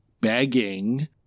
begging